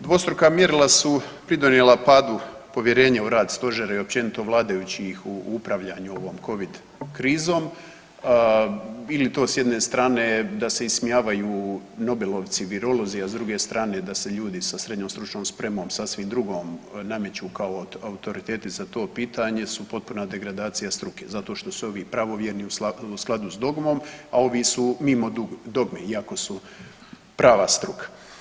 Dvostruka mjerila su pridonijela padu povjerenja u rad stožera i općenito vladajućih u upravljanju ovom Covid krizom, bili to s jedne strane da se ismijavaju nobelovci, virolozi, a s druge strane da se ljudi sa srednjom stručnom spremom sasvim drugom nameću kao autoriteti za to pitanje su potpuna degradacija struke zato što su ovi pravovjerni u skladu s dogmom, a ovi su mimo dogme iako su prava struka.